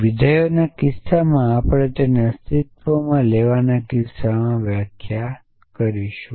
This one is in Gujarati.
વિધેયોના કિસ્સામાં આપણે તેમને અસ્તિત્વમાં લેવાના કિસ્સામાં વ્યાખ્યા કરીશું